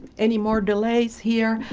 any more delays here,